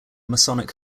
masonic